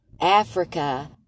Africa